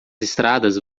estradas